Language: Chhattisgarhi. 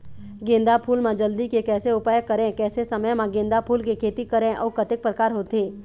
गेंदा फूल मा जल्दी के कैसे उपाय करें कैसे समय मा गेंदा फूल के खेती करें अउ कतेक प्रकार होथे?